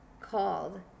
called